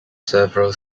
several